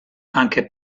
anche